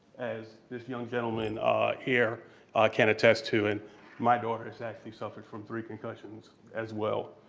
as this young gentleman here can attest to, and my daughter has actually suffered from three concussions as well.